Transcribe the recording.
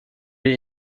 wir